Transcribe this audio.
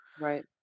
right